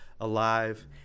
alive